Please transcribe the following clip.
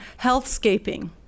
healthscaping